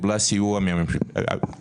קיבלה סיוע מהממשלה?